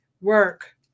Work